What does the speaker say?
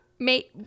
Mate